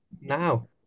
now